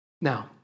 Now